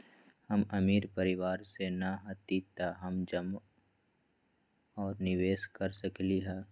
हम अमीर परिवार से न हती त का हम जमा और निवेस कर सकली ह?